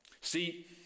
See